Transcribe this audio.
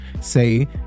say